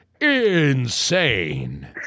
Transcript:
insane